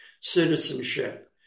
citizenship